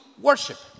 worship